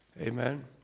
Amen